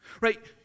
Right